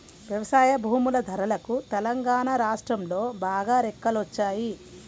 వ్యవసాయ భూముల ధరలకు తెలంగాణా రాష్ట్రంలో బాగా రెక్కలొచ్చాయి